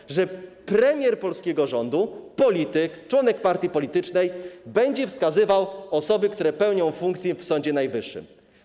Taki, że premier polskiego rządu, polityk, członek partii politycznej będzie wskazywał osoby, które pełnią funkcje w Sądzie Najwyższym.